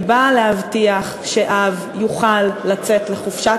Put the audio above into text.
היא באה להבטיח שאב יוכל לצאת לחופשת